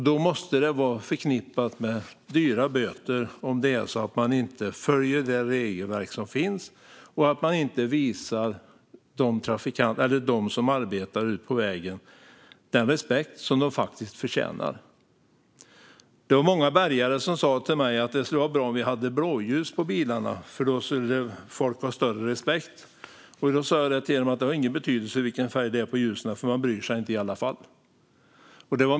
Det måste vara förknippat med dryga böter att inte följa det regelverk som finns och att inte visa dem som arbetar på vägen den respekt som de faktiskt förtjänar. Det var många bärgare som sa till mig att det skulle vara bra med blåljus på bilarna, för då skulle folk ha större respekt. Jag sa till dem att det inte har någon större betydelse vilken färg det är på ljusen, för de bryr sig inte i alla fall.